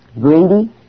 greedy